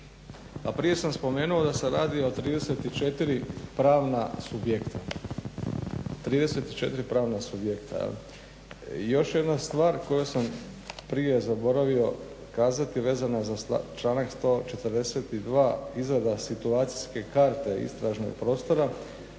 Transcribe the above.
prije sam spomenuo da se radi o 34 pravna subjekta, 34 pravna subjekta je li. Još jedna stvar koju sam prije zaboravio kazati, vezana za članak 142. izvoda situacijske karte istražnog prostora,